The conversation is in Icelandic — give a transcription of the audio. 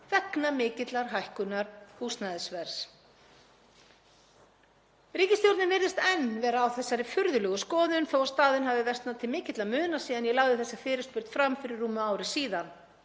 vegna mikillar hækkunar húsnæðisverðs. Ríkisstjórnin virðist enn vera á þessari furðulegu skoðun þó að staðan hafi versnað til mikilla muna síðan ég lagði þessa fyrirspurn fram fyrir rúmu ári síðan,